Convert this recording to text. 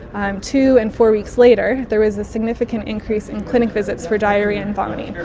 um two and four weeks later there was a significant increase in clinic visits for diarrhoea and vomiting.